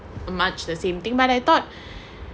much the same thing but I thought